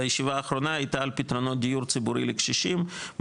הישיבה האחרונה הייתה על פתרונות דיור ציבורי לקשישים,